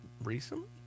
Recently